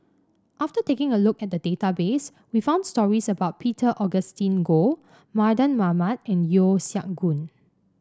after taking a look at the database we found stories about Peter Augustine Goh Mardan Mamat and Yeo Siak Goon